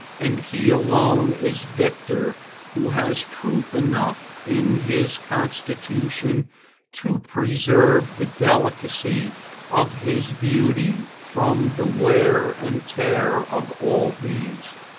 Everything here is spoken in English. and he alone is victor who has truth enough in his constitution to preserve the delicacy of his beauty from the wear and tear of all these.